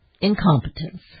incompetence